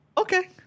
Okay